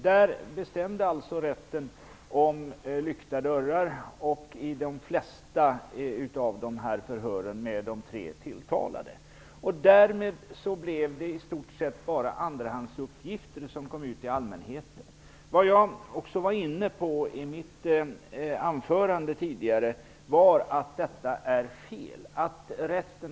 Där bestämde alltså rätten om lyckta dörrar i de flesta av förhören med de tre tilltalade. Därmed blev det i stort sett bara andrahandsuppgifter som kom ut till allmänheten. Jag påpekade redan i mitt anförande tidigare att detta är fel.